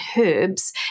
herbs